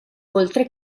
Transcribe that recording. oltre